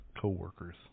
co-workers